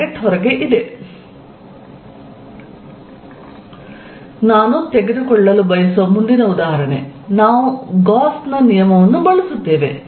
r rr rr r5 pr r3 ನಾನು ತೆಗೆದುಕೊಳ್ಳಲು ಬಯಸುವ ಮುಂದಿನ ಉದಾಹರಣೆ ನಾವು ಗಾಸ್ ನ ನಿಯಮವನ್ನು ಬಳಸುತ್ತೇವೆ